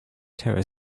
terror